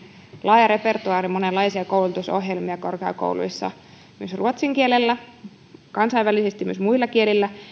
laaja repertoaari monenlaisia koulutusohjelmia korkeakouluissa myös ruotsin kielellä ja kansainvälisesti myös muilla kielillä